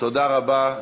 תודה רבה.